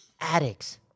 Addicts